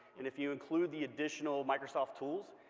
and if you include the additional microsoft tools,